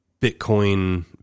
bitcoin